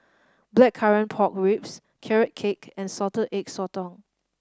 Blackcurrant Pork Ribs Carrot Cake and Salted Egg Sotong